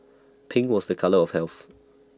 pink was the colour of health